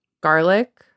garlic